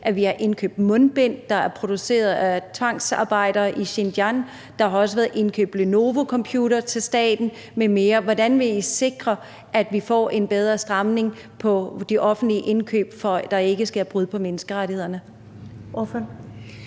at vi har indkøbt mundbind, der er produceret af tvangsarbejdere i Xinjiang, og der har også været indkøbt Lenovocomputere til staten med mere. Hvordan vil I sikre, at vi får en bedre stramning i forhold til de offentlige indkøb, for at der ikke sker brud på menneskerettighederne? Kl.